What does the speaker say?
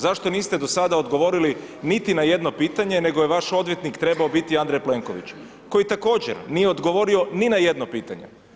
Zašto niste do sada odgovorili niti na jedno pitanje, nego je vaš odvjetnik trebao biti Andrej Plenković, koji također nije odgovorio ni na jedno pitanje.